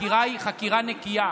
החקירה היא חקירה נקייה.